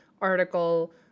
article